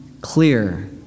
clear